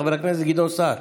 חבר הכנסת גדעון סער,